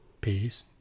peace